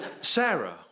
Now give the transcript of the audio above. Sarah